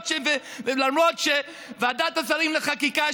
למרות שוועדת שרים לחקיקה,